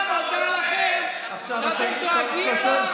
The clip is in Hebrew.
פאינה מודה לכם שאתם דואגים לה.